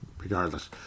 Regardless